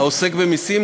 העוסק במסים,